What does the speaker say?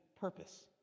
purpose